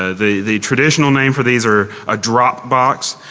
ah the the traditional name for these are a dropbox.